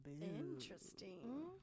Interesting